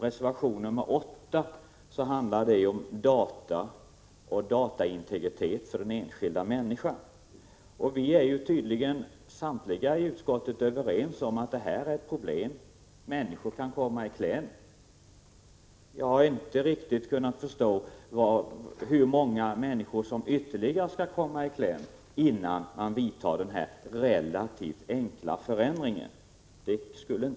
Reservation 8 handlar om data och dataintegritet för den enskilda människan. Samtliga i utskottet är tydligen överens om att detta är ett problem — människor kan komma i kläm. Jag har inte riktigt kunnat förstå hur många människor ytterligare som skall komma i kläm innan man genomför den relativt enkla förändring som föreslagits.